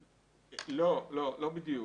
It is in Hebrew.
לא, לא בדיוק.